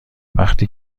وفتی